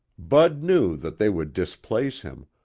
bud knew that they would displace him,